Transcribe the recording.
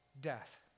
death